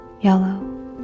yellow